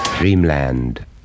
Dreamland